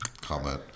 comment